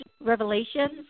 revelations